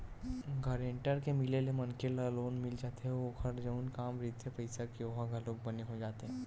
guarantor के मिले ले मनखे ल लोन मिल जाथे अउ ओखर जउन काम रहिथे पइसा के ओहा घलोक बने हो जाथे